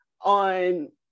on